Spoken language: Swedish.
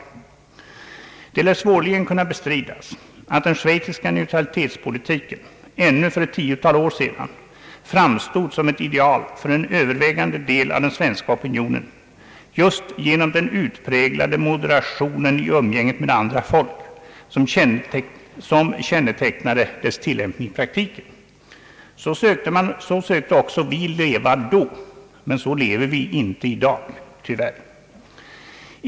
Det lär svårligen kunna bestridas, att den schweiziska neutralitetspolitiken ännu för ett tiotal år sedan framstod som ett ideal för den övervägande delen av svensk opinion, just för den utpräglade moderation i umgänget med andra folk, som kännetecknade dess tillämpning i praktiken. Så sökte också vi leva då, men så lever vi inte i dag — tyvärr!